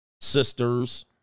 sisters